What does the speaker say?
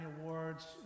Awards